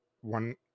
one